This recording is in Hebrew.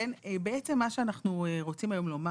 בעצם מה שאנחנו רוצים לומר